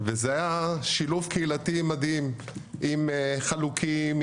וזה היה שילוב קהילתי מדהים עם חלוקים,